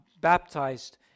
baptized